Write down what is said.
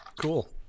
Cool